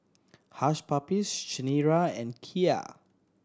Hush Puppies Chanira and Kia